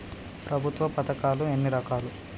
ప్రభుత్వ పథకాలు ఎన్ని రకాలు?